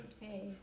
Hey